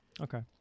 Okay